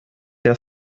der